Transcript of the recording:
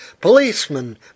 policemen